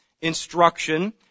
instruction